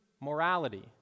morality